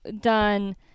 done